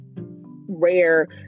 rare